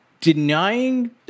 denying